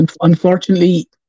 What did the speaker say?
Unfortunately